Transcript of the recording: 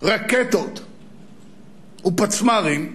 רקטות ופצמ"רים,